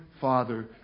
Father